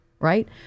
Right